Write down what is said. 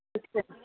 ਅੱਛਾ